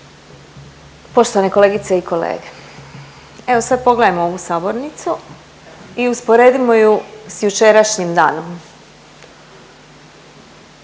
Poštovane kolegice i kolege evo sad pogledajmo ovu sabornicu i usporedimo ju s jučerašnjim danom.